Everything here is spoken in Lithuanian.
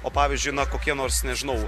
o pavyzdžiui na kokie nors nežinau